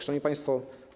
Szanowni Państwo!